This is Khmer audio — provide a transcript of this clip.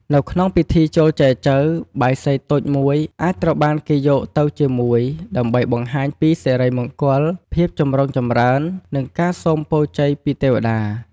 នៅក្នុងពិធីចូលចែចូវ បាយសីតូចមួយអាចត្រូវបានគេយកទៅជាមួយ ដើម្បីបង្ហាញពី សិរីមង្គល ភាពចម្រុងចម្រើន និងការសូមពរជ័យពីទេវតា។